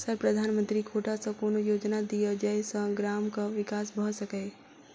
Sir प्रधानमंत्री quota सऽ कोनो योजना दिय जै सऽ ग्रामक विकास भऽ सकै?